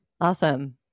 Awesome